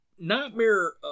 Nightmare